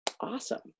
awesome